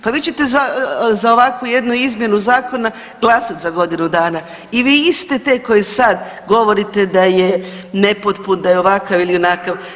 Pa vi ćete za ovakvu jednu izmjenu zakona glasat za godinu dana i vi iste te koje sad govorite da je nepotpun, da je ovakav ili onakav.